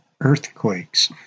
earthquakes